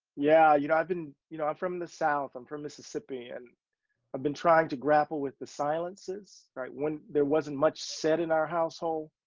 yeah. you know, i've been, you know, i'm from the south, i'm from mississippi and i've been trying to grapple with the silences, right? when there wasn't much said in our household,